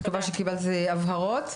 אני מקווה שקיבלת הבהרות.